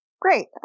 Great